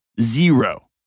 zero